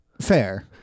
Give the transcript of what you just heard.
Fair